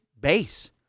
base